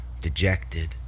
dejected